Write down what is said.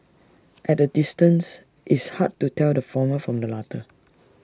at A distance it's hard to tell the former from the latter